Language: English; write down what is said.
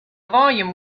volume